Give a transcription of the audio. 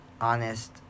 honest